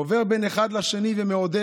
עובר בין אחד לשני ומעודד,